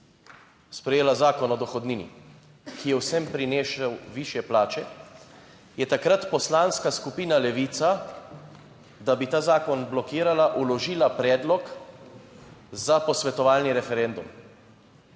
sprejela Zakon o dohodnini, ki je vsem prinesel višje plače, je takrat Poslanska skupina Levica, da bi ta zakon blokirala vložila predlog za posvetovalni referendum.